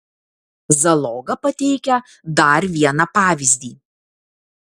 zaloga pateikia dar vieną pavyzdį